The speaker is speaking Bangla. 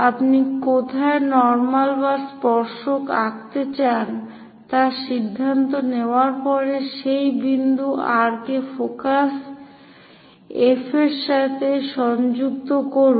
আপনি কোথায় নর্মাল বা স্পর্শক আঁকতে চান তা সিদ্ধান্ত নেওয়ার পর সেই বিন্দু R কে ফোকাস F এর সাথে সংযুক্ত করুন